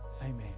Amen